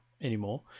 anymore